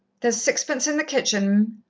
there's sixpence in the kitchen,